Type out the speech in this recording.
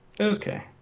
Okay